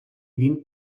він